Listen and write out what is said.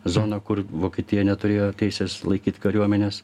zoną kur vokietija neturėjo teisės laikyt kariuomenės